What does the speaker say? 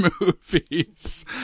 movies